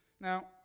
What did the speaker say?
Now